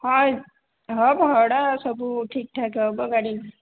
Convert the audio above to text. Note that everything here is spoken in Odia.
ହଁ ହଁ ଭଡ଼ା ସବୁ ଠିକ୍ ଠାକ୍ ହେବ ଗାଡ଼ି